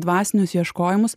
dvasinius ieškojimus